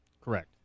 Correct